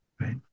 right